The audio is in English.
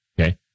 Okay